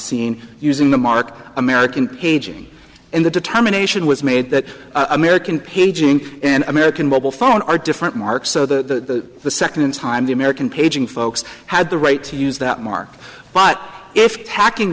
scene using the mark american paging and the determination was made that american paging and american mobile phone are different mark so the the second time the american paging folks had the right to use that mark but if hacking